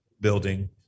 building